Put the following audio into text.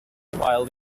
meanwhile